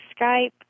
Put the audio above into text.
Skype